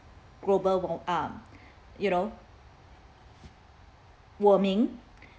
global wa~ um you know warming